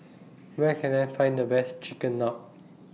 Where Can I Find The Best Chigenabe